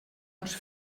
uns